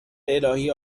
الهی